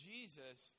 Jesus